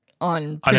on